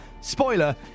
Spoiler